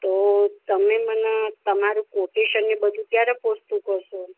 તો તમે મને તમારું કોટેસન ને બધું ક્યારે પહોંચતું કરશો